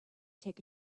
take